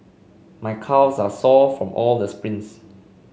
my calves are sore from all the sprints